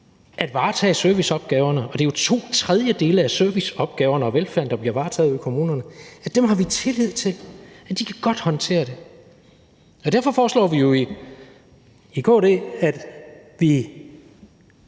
at varetage serviceopgaverne – og det er jo to tredjedele af service- og velfærdsopgaverne, der bliver varetaget i kommunerne – har vi tillid til godt kan håndtere det. Derfor foreslår vi jo i KD, at vi